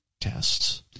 tests